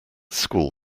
school